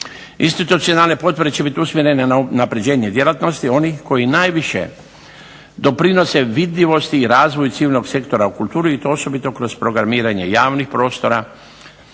Institucionalne potpore će biti usmjerene na unapređenje djelatnosti onih koji najviše doprinose vidljivosti i razvoju civilnog sektora u kulturi i to osobito kroz programiranje javnih prostora,